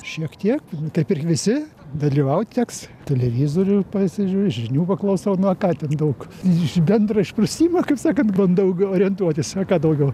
šiek tiek kaip ir visi dalyvaut teks televizorių pasižiūriu žinių paklausau na ką ten daug iš bendro išprusimo kaip sakant bandau g orientuotis a ką daugiau